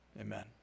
Amen